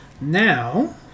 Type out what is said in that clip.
Now